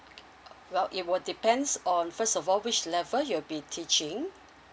well it will depends on first of all which level you'll be teaching